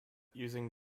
using